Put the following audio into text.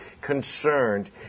concerned